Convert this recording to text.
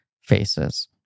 faces